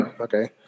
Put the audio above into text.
Okay